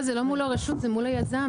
אבל זה לא מול הרשות, זה מול היזם.